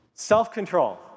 Self-control